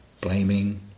blaming